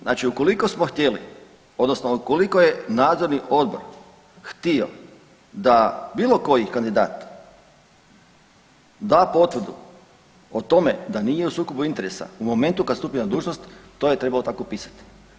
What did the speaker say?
Znači ukoliko smo htjeli odnosno ukoliko je nadzorni odbor htio da bilokoji kandidat da potvrdu o tome da nije u sukobu interesa, u momentu kad stupi na dužnost, to je trebalo tako pisati.